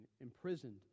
imprisoned